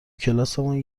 کلاسمون